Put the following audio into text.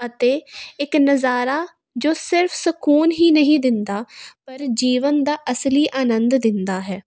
ਅਤੇ ਇੱਕ ਨਜ਼ਾਰਾ ਜੋ ਸਿਰਫ ਸਕੂਨ ਹੀ ਨਹੀਂ ਦਿੰਦਾ ਪਰ ਜੀਵਨ ਦਾ ਅਸਲੀ ਆਨੰਦ ਦਿੰਦਾ ਹੈ